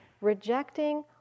rejecting